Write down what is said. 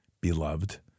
beloved